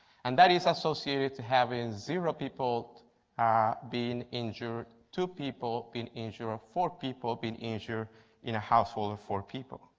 and that is associated to having zero people ah being injured. two people being injured, for people being injured in hospital for people.